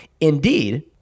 Indeed